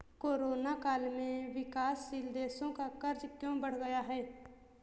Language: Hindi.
कोरोना काल में विकासशील देशों का कर्ज क्यों बढ़ गया है?